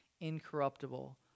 incorruptible